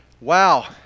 Wow